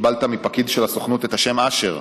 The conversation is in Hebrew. קיבלת מפקיד של הסוכנות את השם אשר,